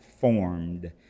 formed